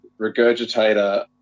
Regurgitator